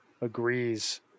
agrees